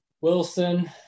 Wilson –